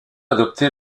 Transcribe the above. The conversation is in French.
adopté